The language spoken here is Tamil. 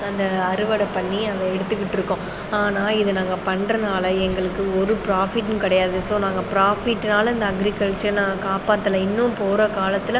அந்த அறுவடை பண்ணி அதை எடுத்துகிட்டு இருக்கோம் ஆனால் இது நாங்கள் பண்ணுறனால எங்களுக்கு ஒரு ப்ராஃபிட்டும் கிடையாது சோ நாங்கள் ப்ராஃபிட்னால் இந்த அக்ரிகல்ச்சர் நாங்கள் காப்பாத்தல இன்னும் போகிற காலத்தில்